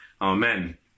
Amen